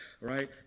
right